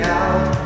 out